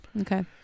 okay